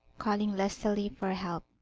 calling lustily for help.